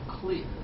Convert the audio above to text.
clear